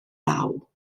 naw